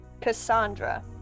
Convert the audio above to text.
Cassandra